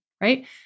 right